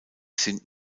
sind